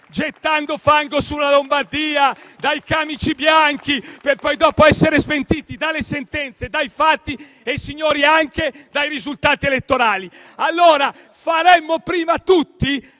gettando fango sulla Lombardia, sui camici bianchi, per poi dopo essere smentiti dalle sentenze, dai fatti e - signori - anche dai risultati elettorali. Faremmo prima tutti